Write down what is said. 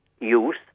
use